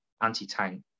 anti-tank